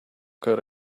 could